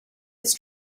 his